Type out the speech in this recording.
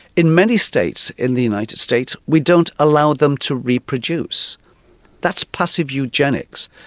in many states in the united states we don't allow them to reproduce that's passive eugenics.